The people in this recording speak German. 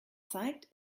zeigt